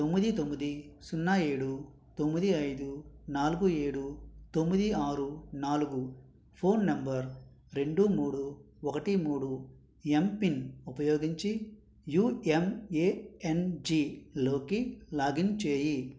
తొమ్మిది తొమ్మిది సున్నా ఏడు తొమ్మిది ఐదు నాలుగు ఏడు తొమ్మిది ఆరు నాలుగు ఫోన్ నంబర్ రెండు మూడు ఒకటి మూడు ఎమ్పిన్ ఉపయోగించి యూ ఎమ్ఏఎన్జిలోకి లాగిన్ చేయి